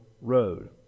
road